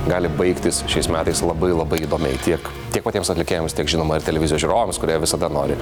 gali baigtis šiais metais labai labai įdomiai tiek tiek patiems atlikėjams tiek žinoma ir televizijos žiūrovams kurie visada nori